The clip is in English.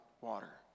water